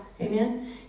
Amen